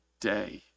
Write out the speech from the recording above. day